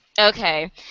Okay